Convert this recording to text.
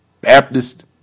Baptist